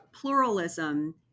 pluralism